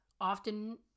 often